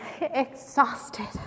exhausted